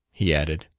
he added.